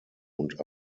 und